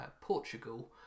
Portugal